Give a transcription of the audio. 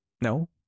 No